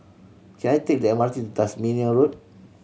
can I take the M R T to Tasmania Road